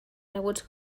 rebuts